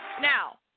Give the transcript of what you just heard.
Now